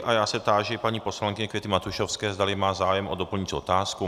A já se táži paní poslankyně Květy Matušovské, zdali má zájem o doplňující otázku.